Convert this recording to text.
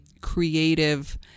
creative